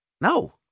No